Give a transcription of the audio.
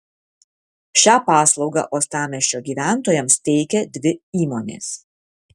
šią paslaugą uostamiesčio gyventojams teikia dvi įmonės